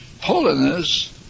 holiness